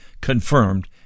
confirmed